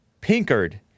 Pinkard